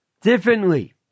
Differently